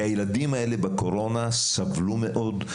הילדים האלה סבלו מאוד בקורונה,